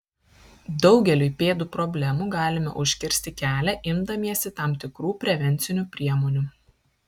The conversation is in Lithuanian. daugeliui pėdų problemų galime užkirsti kelią imdamiesi tam tikrų prevencinių priemonių